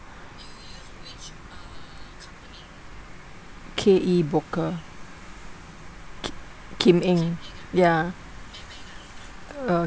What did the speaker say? K_E broker K Kim Eng ya uh